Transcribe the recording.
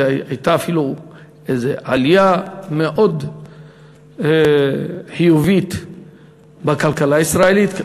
והייתה אפילו איזה עלייה מאוד חיובית בכלכלה הישראלית.